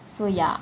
so ya